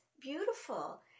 beautiful